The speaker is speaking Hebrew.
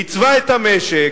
ייצבה את המשק,